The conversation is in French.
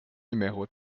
numéro